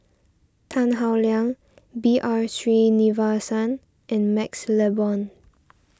Tan Howe Liang B R Sreenivasan and MaxLe Blond